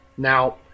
Now